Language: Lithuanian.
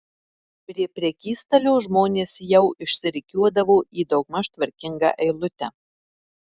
prie prekystalio žmonės jau išsirikiuodavo į daugmaž tvarkingą eilutę